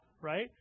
right